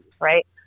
right